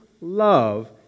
love